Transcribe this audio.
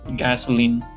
gasoline